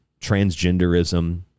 transgenderism